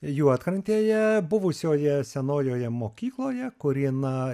juodkrantėje buvusioje senojoje mokykloje kuri na